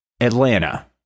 Atlanta